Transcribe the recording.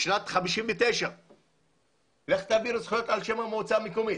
בשנת 1959. לך תעביר זכויות על שם המועצה המקומית.